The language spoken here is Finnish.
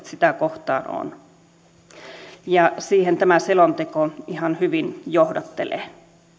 sitä kohtaan on suuret odotukset siihen tämä selonteko ihan hyvin johdattelee